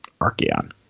Archeon